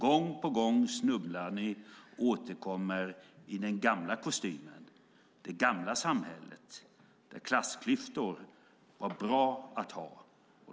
Gång på gång snubblar ni och återkommer i den gamla kostymen och med det gamla samhället där klassklyftor var bra att ha.